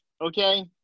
okay